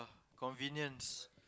convenience